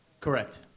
correct